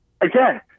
again